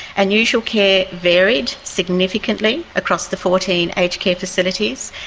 and usual care varied significantly across the fourteen aged care facilities.